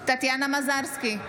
(קוראת בשמות חברי הכנסת) טטיאנה מזרסקי,